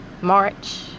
March